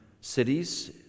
cities